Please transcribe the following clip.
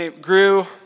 grew